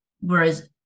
whereas